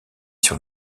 sur